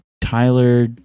Tyler